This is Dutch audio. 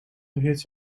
hits